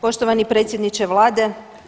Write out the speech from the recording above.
Poštovani predsjedniče vlade.